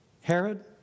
Herod